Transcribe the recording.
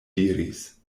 diris